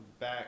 back